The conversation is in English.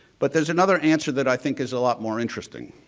but there's another answer that i think is a lot more interesting,